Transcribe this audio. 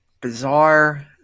bizarre